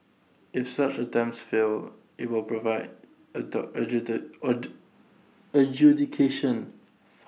if such attempts fail IT will provide A door adjudication